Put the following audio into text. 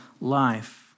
life